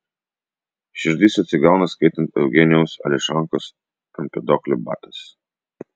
širdis atsigauna skaitant eugenijaus ališankos empedoklio batas